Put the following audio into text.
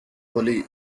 holy